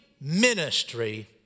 ministry